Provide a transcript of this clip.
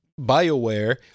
BioWare